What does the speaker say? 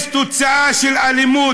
יש תוצאה של אלימות,